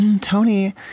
Tony